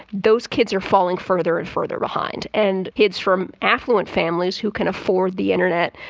those kids are falling further and further behind. and kids from affluent families who can afford the internet,